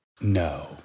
No